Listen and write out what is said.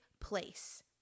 Place